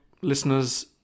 listeners